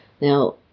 Now